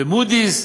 ו"מודי'ס".